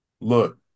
look